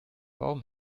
warum